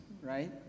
right